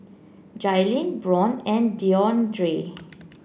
Jailyn Byron and Deondre